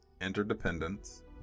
interdependence